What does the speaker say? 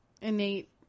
innate